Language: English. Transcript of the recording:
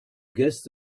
guests